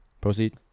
proceed